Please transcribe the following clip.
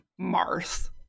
Marth